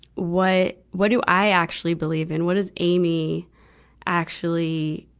what, what do i actually believe in? what does amy actually,